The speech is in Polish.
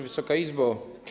Wysoka Izbo!